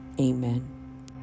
Amen